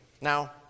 Now